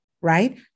right